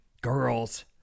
Girls